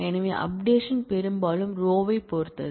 எனவே அப்டேஷன் பெரும்பாலும் ரோயைப் பொறுத்தது